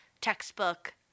textbook